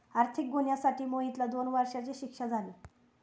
आर्थिक गुन्ह्यासाठी मोहितला दोन वर्षांची शिक्षा झाली